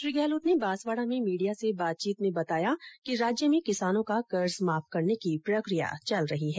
श्री गहलोत ने बांसवाड़ा में मीडिया से बातचीत में बताया कि राज्य में किसानों का कर्ज माफ करने की प्रक्रिया चल रही है